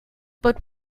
but